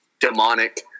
demonic